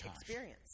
experience